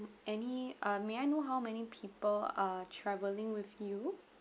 any uh may I know how many people are traveling with you